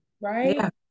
right